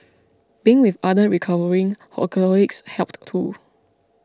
being with other recovering alcoholics helped too